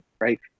right